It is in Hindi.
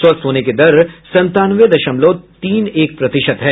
स्वस्थ होने की दर संतानवे दशमलव तीन एक प्रतिशत है